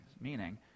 Meaning